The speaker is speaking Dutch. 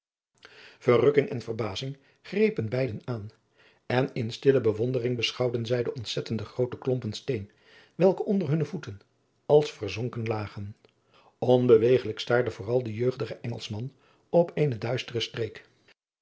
verrukking en verbazing grepen beide aan en in stille bewondering beschouwden zij de ontzettende groote klompen steen welke onder hunne voeten als verzonken lagen onbewegelijk staarde vooral de jeugdige engelschman op eene duistere streek